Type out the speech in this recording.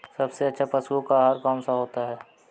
सबसे अच्छा पशुओं का आहार कौन सा होता है?